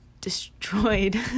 destroyed